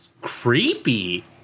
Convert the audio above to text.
creepy